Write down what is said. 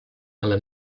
ale